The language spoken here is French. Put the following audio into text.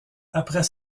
après